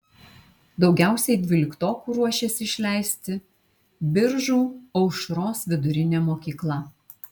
daugiausiai dvyliktokų ruošiasi išleisti biržų aušros vidurinė mokykla